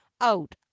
out